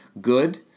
good